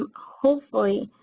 um hopefully,